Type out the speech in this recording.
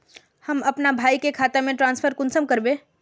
हम अपना भाई के खाता में ट्रांसफर कुंसम कारबे?